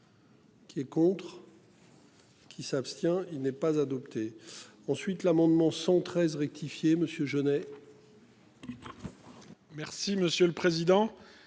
Qui est contre. Qui s'abstient. Il n'est pas adopté ensuite l'amendement 113 rectifié monsieur ai.